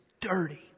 dirty